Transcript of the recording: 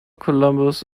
columbus